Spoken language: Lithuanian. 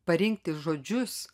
parinkti žodžius